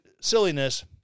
silliness